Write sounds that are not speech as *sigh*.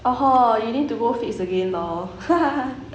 !oho! you need to go fix again lor *laughs*